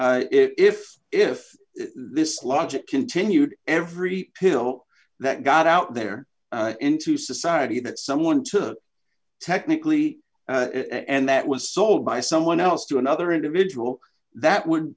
if if this logic continued every pill that got out there into society that someone took technically and that was sold by someone else to another individual that would